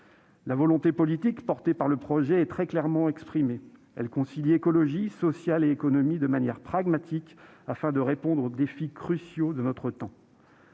La volonté politique portée par ce texte est très clairement exprimée. Elle concilie écologie, préoccupations sociales et économie de manière pragmatique, afin de répondre aux défis cruciaux de notre temps.